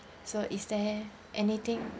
so is there anything